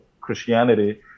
Christianity